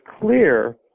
clear